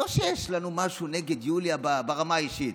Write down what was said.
לא שיש לנו משהו נגד יוליה ברמה האישית,